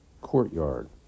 courtyard